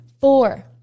Four